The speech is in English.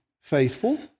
faithful